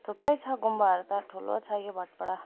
थुप्रै छ गुम्बाहरू त ठुलो छ यो भाटपाडा